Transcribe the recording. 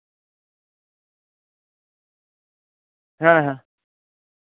ᱦᱮᱸ